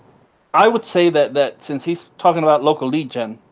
i would say that that since he's talking about local legion,